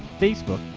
facebook,